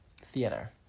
theater